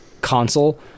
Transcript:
console